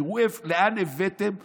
תראו לאן הבאתם אותנו.